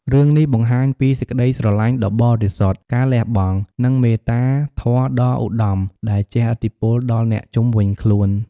រឿងនេះបង្ហាញពីសេចក្តីស្រឡាញ់ដ៏បរិសុទ្ធ ការលះបង់ និងមេត្តាធម៌ដ៏ឧត្តមដែលជះឥទ្ធិពលដល់អ្នកជុំវិញខ្លួន។